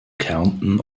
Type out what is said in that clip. kärnten